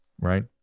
right